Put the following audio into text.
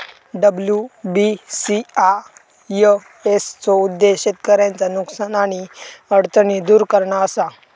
WBCIS चो उद्देश्य शेतकऱ्यांचा नुकसान आणि अडचणी दुर करणा असा